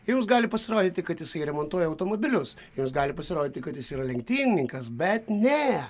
jums gali pasirodyti kad jisai remontuoja automobilius jums gali pasirodyti kad jis yra lenktynininkas bet ne